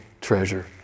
treasure